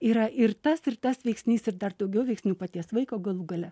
yra ir tas ir tas veiksnys ir dar daugiau veiksnių paties vaiko galų gale